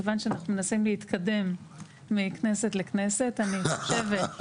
מכיוון שאנחנו מנסים להתקדם מכנסת לכנסת אני חושבת,